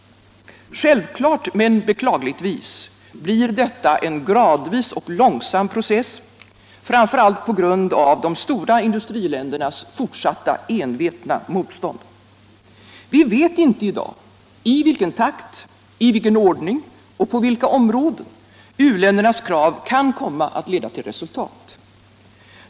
Självklart men beklagligtvis blir detta en gradvis och långsam process, framför allt på grund av de stora industriländernas fortsatta envetna motstånd. Vi vet inte i dag i vilken takt, i vilken ordning och på vilka områden u-ländernas krav kan komma att leda till resultat.